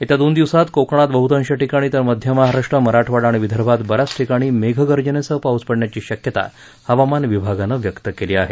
येत्या दोन दिवसात कोकणात बह्तांश ठिकाणी तर मध्य महाराष्ट्र मराठवाडा आणि विदर्भात ब याच ठिकाणी मेघगर्जनेसह पाऊस पडण्याची शक्यता हवामान विभागानं व्यक्त केली आहे